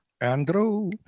Andrew